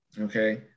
Okay